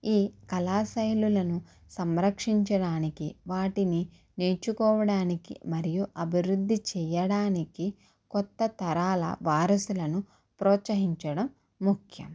ఈ కళా శైలులను సంరక్షించడానికి వాటిని నేర్చుకోవడానికి మరియు అభివృద్ధి చెయ్యడానికి కొత్త తరాల వారసులను ప్రోత్సహించడం ముఖ్యం